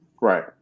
right